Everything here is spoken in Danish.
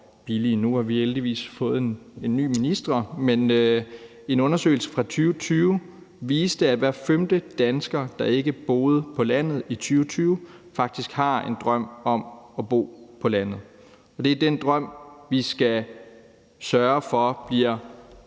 en undersøgelse fra 2020 viste, at hver femte dansker, der ikke boede på landet i 2020, faktisk har en drøm om at bo på landet. Det er den drøm, vi skal sørge for bliver